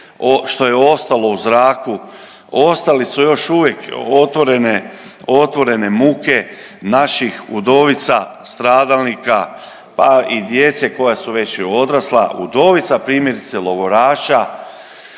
što je ostalo u zraku ostali su još uvijek otvorene muke naših udovica, stradalnika pa i djece koja su već odrasla, udovica primjerice logoraša